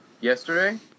Yesterday